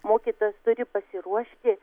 mokytojas turi pasiruošti